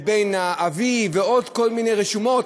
ועוד כל מיני רשומות,